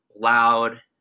loud